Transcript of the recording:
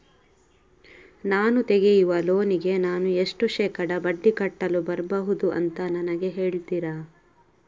ನಾನು ತೆಗಿಯುವ ಲೋನಿಗೆ ನಾನು ಎಷ್ಟು ಶೇಕಡಾ ಬಡ್ಡಿ ಕಟ್ಟಲು ಬರ್ಬಹುದು ಅಂತ ನನಗೆ ಹೇಳ್ತೀರಾ?